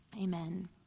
amen